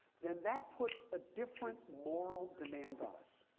then that puts a different moral demand on us.